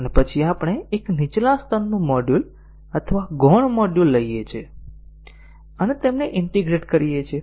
અને પછી આપણે એક નીચલા સ્તરનું મોડ્યુલ અથવા ગૌણ મોડ્યુલ લઈએ છીએ અને તેમને ઈન્ટીગ્રેટ કરીએ છીએ